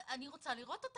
אני רוצה לראות,